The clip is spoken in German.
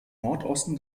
nordosten